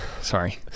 sorry